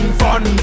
fun